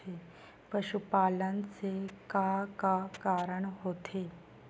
पशुपालन से का का कारण होथे?